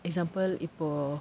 example இப்போ:ippo